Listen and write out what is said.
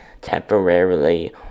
temporarily